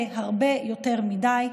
זה הרבה יותר מדי.